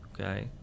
okay